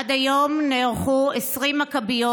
עד היום נערכו 20 מכביות,